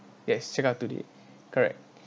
yes checked out today correct